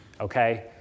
okay